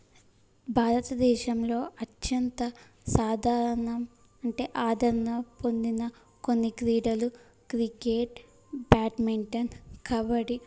భారతదేశంలో అత్యంత సాధారణం అంటే ఆదరణ పొందిన కొన్ని క్రీడలు క్రికెట్ బ్యాట్మింటన్ కబడ్డీ